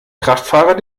kraftfahrer